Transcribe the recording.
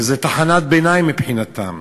וזו תחנת ביניים מבחינתם.